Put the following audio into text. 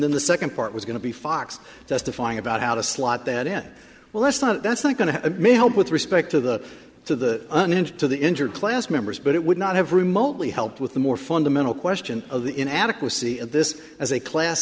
then the second part was going to be fox testifying about how to slot that in well that's not that's not going to may help with respect to the to the uninsured to the injured class members but it would not have remotely helped with the more fundamental question of the in adequacy of this as a class